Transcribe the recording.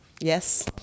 yes